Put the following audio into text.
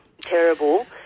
terrible